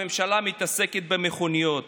הממשלה מתעסקת במכוניות.